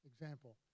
Example